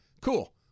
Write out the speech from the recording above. cool